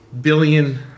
billion